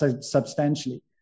substantially